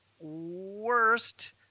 worst